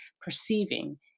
perceiving